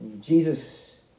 Jesus